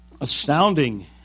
astounding